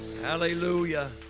Hallelujah